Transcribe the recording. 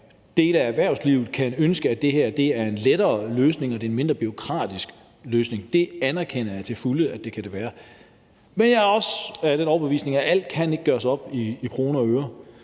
at dele af erhvervslivet kan ønske det her, når det er en lettere løsning og en mindre bureaukratisk løsning. Det anerkender jeg til fulde at det kan være. Men jeg er også af den overbevisning, at alt ikke kan gøres op i kroner og øre.